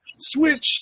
switched